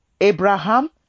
Abraham